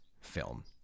film